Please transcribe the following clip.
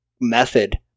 method